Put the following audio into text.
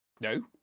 No